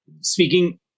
speaking